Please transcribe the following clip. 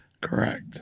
correct